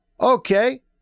Okay